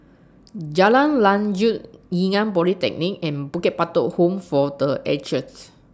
Jalan Lanjut Ngee Ann Polytechnic and Bukit Batok Home For The Ages